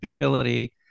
ability